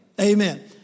Amen